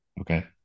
Okay